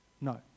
No